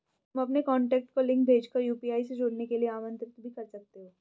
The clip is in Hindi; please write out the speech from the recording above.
तुम अपने कॉन्टैक्ट को लिंक भेज कर यू.पी.आई से जुड़ने के लिए आमंत्रित भी कर सकते हो